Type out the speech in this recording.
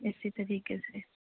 اسِی طریقے سے